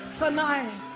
tonight